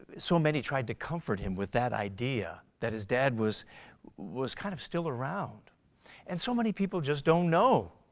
so many tried to comfort him with that idea that his dad was was kind of still around and so many people just don't know.